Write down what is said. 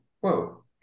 whoa